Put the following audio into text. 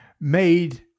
made